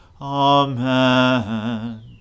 Amen